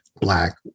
black